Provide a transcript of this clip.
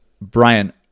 Brian